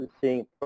seeing